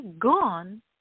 gone